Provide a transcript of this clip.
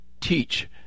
teach